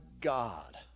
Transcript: God